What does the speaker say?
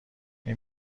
اون